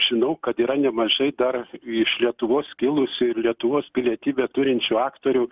žinau kad yra nemažai dar iš lietuvos kilusių ir lietuvos pilietybę turinčių aktorių